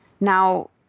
Now